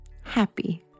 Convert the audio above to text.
happy